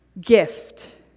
gift